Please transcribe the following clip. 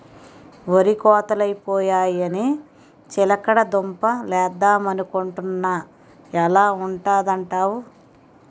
వరి కోతలై పోయాయని చిలకడ దుంప లేద్దమనుకొంటున్నా ఎలా ఉంటదంటావ్?